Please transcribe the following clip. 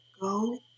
Go